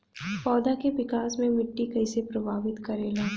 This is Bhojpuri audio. पौधा के विकास मे मिट्टी कइसे प्रभावित करेला?